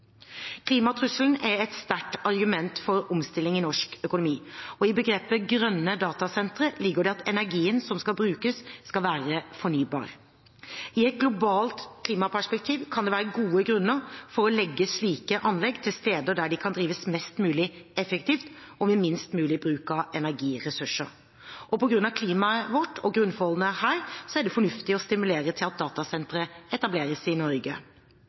Klimatrusselen er et sterkt argument for omstilling i norsk økonomi, og i begrepet «grønne datasentre» ligger det at energien som brukes, skal være fornybar. I et globalt klimaperspektiv kan det være gode grunner for å legge slike anlegg til steder der de kan drives mest mulig effektivt og med minst mulig bruk av energiressurser. Og på grunn av klimaet vårt og grunnforholdene her er det fornuftig å stimulere til at datasentre etableres i Norge.